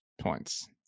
points